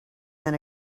than